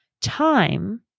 time